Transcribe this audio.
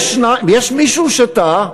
יש מישהו שטעה?